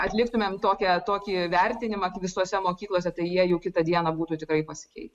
atliktumėm tokią tokį vertinimą visose mokyklose tai jie jau kitą dieną būtų tikrai pasakyti